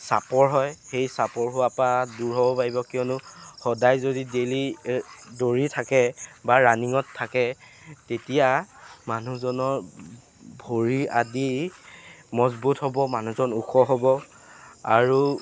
চাপৰ হয় সেই চাপৰ হোৱাৰ পৰা দূৰ হ'ব পাৰিব কিয়নো সদায় যদি ডেইলি দৌৰি থাকে বা ৰানিঙত থাকে তেতিয়া মানুহজনৰ ভৰি আদি মজবুত হ'ব মানুহজন ওখ হ'ব আৰু